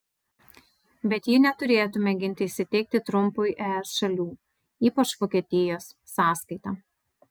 bet ji neturėtų mėginti įsiteikti trumpui es šalių ypač vokietijos sąskaita